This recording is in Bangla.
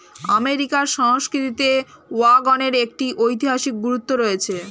আমেরিকার সংস্কৃতিতে ওয়াগনের একটি ঐতিহাসিক গুরুত্ব রয়েছে